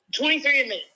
23andMe